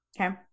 okay